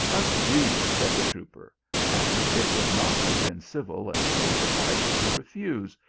agreed, said the trooper and it would not have been civil and soldierlike to refuse,